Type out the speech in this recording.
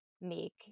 make